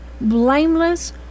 blameless